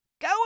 go